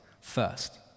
First